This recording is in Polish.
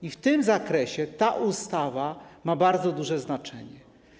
I w tym zakresie ta ustawa ma bardzo duże znaczenie.